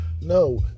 no